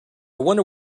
wonder